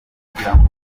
kugirango